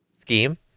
scheme